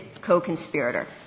co-conspirator